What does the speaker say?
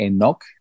Enoch